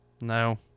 No